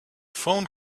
phone